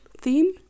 theme